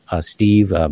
Steve